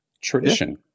tradition